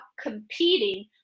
competing